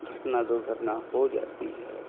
घटना दुर्घटना हो जाती है